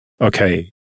Okay